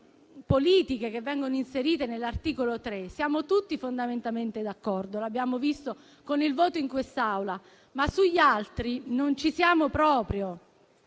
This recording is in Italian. politiche che vengono inserite nell'articolo 3 siamo tutti fondamentalmente d'accordo; lo abbiamo visto con il voto in quest'Aula, ma sugli altri non ci siamo proprio.